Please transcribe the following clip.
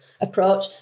approach